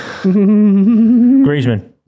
Griezmann